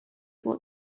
what